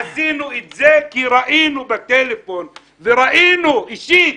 עשינו את זה כי ראינו בטלפון וראינו אישית